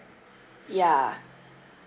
ya